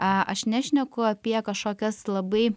a aš nešneku apie kažkokias labai